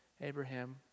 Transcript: Abraham